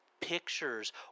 pictures